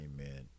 Amen